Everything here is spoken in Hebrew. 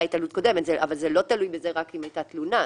התעללות קודמת אבל זה לא תלוי רק ברישום תלונה בעבר.